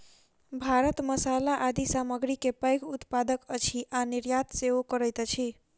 भारत मसाला आदि सामग्री के पैघ उत्पादक अछि आ निर्यात सेहो करैत अछि